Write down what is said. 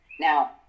Now